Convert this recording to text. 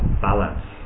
balance